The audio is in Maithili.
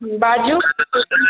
बाजू